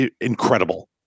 incredible